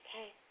okay